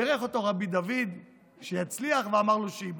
בירך אותו רבי דוד שיצליח ואמר לו שייבחר.